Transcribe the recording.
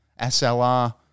SLR